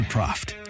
Proft